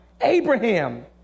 Abraham